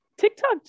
tiktok